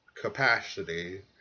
capacity